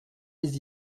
les